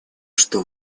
что